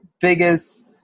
biggest